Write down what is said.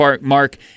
mark